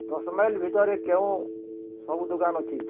ଦଶ ମାଇଲ୍ ଭିତରେ କେଉଁ ସବୁ ଦୋକାନ ଅଛି